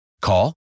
Call